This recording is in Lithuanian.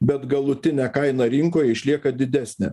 bet galutinė kaina rinkoj išlieka didesnė